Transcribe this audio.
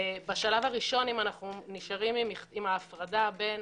בשלב הראשון, אם אנחנו נשארים עם ההפרדה בין